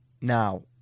Now